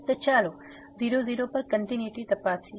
તો ચાલો 00 પર કંટીન્યુટી તપાસીએ